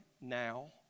now